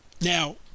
now